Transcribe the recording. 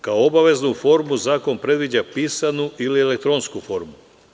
Kao obaveznu formu zakon predviđa pisanu ili elektronsku formu.